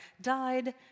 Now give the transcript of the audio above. died